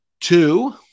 Two